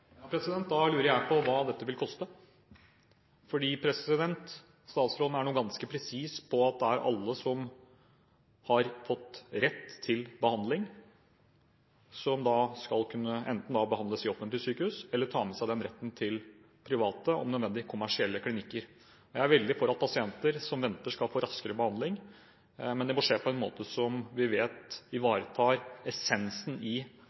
Da lurer jeg på hva dette vil koste, for statsråden er nå ganske presis på at det gjelder alle som har fått rett til behandling, som da enten skal kunne behandles i offentlige sykehus, eller ta med seg den retten til private, om nødvendig, kommersielle klinikker. Jeg er veldig for at pasienter som venter, skal få raskere behandling, men det må skje på en måte som vi vet ivaretar essensen i